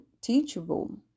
teachable